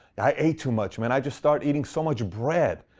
i ate too much. um and i just started eating so much bread.